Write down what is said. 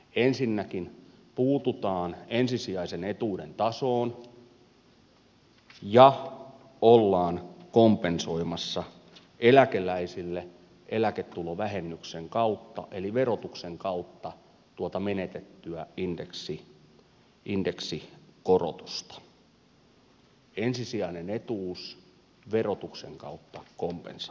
ensinnäkin puututaan ensisijaisen etuuden tasoon ja ollaan kompensoimassa eläkeläisille eläketulovähennyksen kautta eli verotuksen kautta tuota menetettyä indeksikorotusta ensisijainen etuus verotuksen kautta kompensaatio